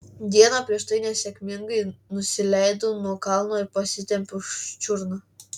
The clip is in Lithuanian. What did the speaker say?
dieną prieš tai nesėkmingai nusileidau nuo kalno ir pasitempiau čiurną